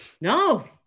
No